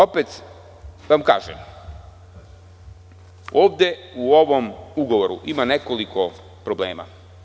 Opet vam kažem, ovde u ovom ugovoru ima nekoliko problema.